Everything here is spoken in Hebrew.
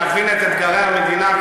להבין את אתגרי המדינה.